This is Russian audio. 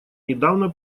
недавно